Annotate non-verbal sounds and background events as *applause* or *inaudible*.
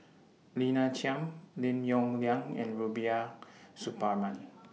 *noise* Lina Chiam Lim Yong Liang and Rubiah Suparman